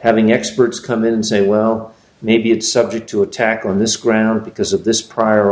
having experts come in and say well maybe it's subject to attack on this ground because of this prior